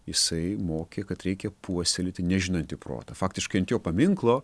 jisai mokė kad reikia puoselėti nežinantį protą faktiškai ant jo paminklo